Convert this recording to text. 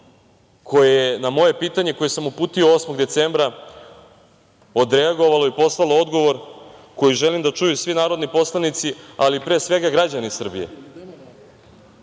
koje je na moje pitanje koje sam uputio 8. decembra odreagovalo i poslalo odgovor koji želim da čuju svi narodni poslanici, ali pre svega građani Srbije. Dakle: